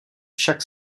však